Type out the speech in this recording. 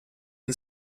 and